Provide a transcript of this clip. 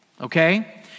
Okay